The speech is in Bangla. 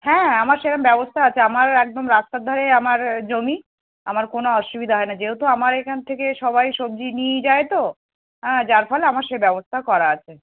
হ্যাঁ আমার সেরকম ব্যবস্থা আছে আমার একদম রাস্তার ধারে আমার জমি আমার কোনো অসুবিধা হয় না যেহতু আমার এখান থেকে সবাই সবজি নিই যায় তো হ্যাঁ যার ফলে আমার সেই ব্যবস্থা করা আছে